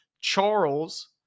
Charles